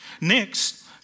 Next